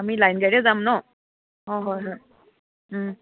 আমি লাইন গাড়ীতে যাম ন অঁ হয় হয়